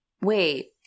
Wait